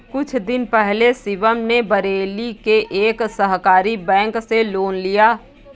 कुछ दिन पहले शिवम ने बरेली के एक सहकारी बैंक से लोन लिया